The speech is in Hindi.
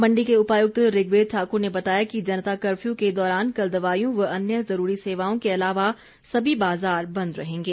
मंडी के उपायुक्त ऋग्वेद ठाकुर ने बताया कि जनता कफ्यू के दौरान कल दवाईयों व अन्य जरूरी सेवाओं के अलावा सभी बाजार बंद रहेंगे